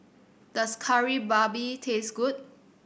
does Kari Babi taste good